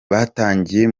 batangiye